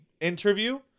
interview